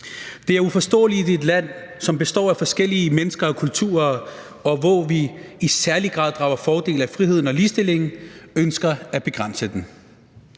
Det er uforståeligt i et land, som består af forskellige mennesker og kulturer, og hvor vi i særlig grad drager fordel af friheden og ligestillingen, at man ønsker at begrænse den.